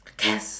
Cass